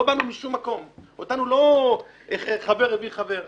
לא באנו משום מקום, אצלנו לא חבר הביא חבר.